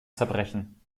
zerbrechen